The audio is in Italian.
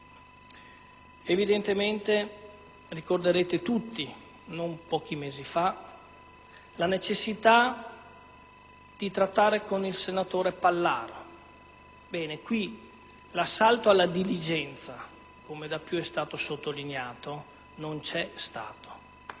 parlamentari. Ricorderete tutti, non pochi mesi fa, la necessità di trattare con il senatore Pallaro; qui «l'assalto alla diligenza», come da più parti è stato sottolineato, non c'è stato.